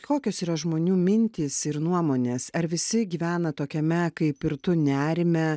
kokios yra žmonių mintys ir nuomonės ar visi gyvena tokiame kaip ir tu nerime